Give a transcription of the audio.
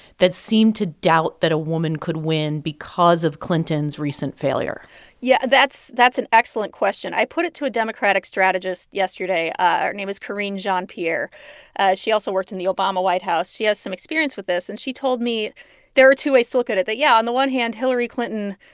that seemed to doubt that a woman could win because of clinton's recent failure yeah, that's that's an excellent question. i put it to a democratic strategist yesterday. her name is karine jean-pierre. she also worked in the obama white house. she has some experience with this, and she told me there are two ways to look at it that yeah, on the one hand, hillary clinton